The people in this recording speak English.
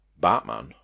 Batman